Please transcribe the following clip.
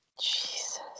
Jesus